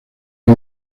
hay